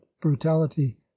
brutality